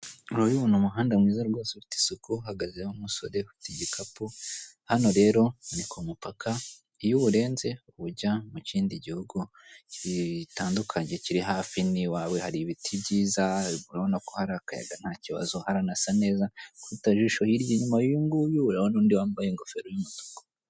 Urabibona umuhanda mwiza rwose ufite isuku, uhagazeho umusore ufite igikapu, hano rero ni ku mupaka, iyo uwurenze ujya mu kindi gihugu gitandukanye, kiri hafi n'iwawe, hari ibiti byiza, urabona ko hari akayaga nta kibazo, haranasa neza, kubita ijisho hirya inyuma y'uyunguyu, urabona undi wambaye ingofero y'umutuku.